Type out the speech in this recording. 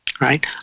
right